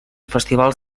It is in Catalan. festivals